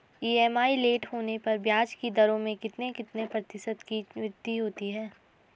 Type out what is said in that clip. EMI late होने पर ब्याज की दरों में कितने कितने प्रतिशत की वृद्धि होती है?